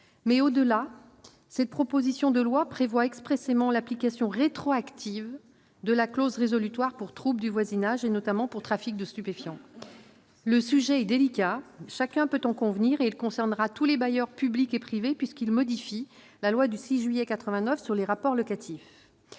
Par ailleurs, cette proposition de loi prévoit expressément l'application rétroactive de la clause résolutoire pour trouble du voisinage, et notamment pour trafic de stupéfiants. Le sujet est délicat, chacun peut en convenir, et il concernera tous les bailleurs publics et privés, puisqu'il s'agit de modifier la loi du 6 juillet 1989 sur les rapports locatifs.